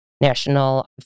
National